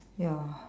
ya